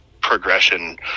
progression